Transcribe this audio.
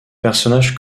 personnage